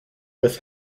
with